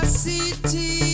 city